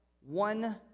one